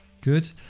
Good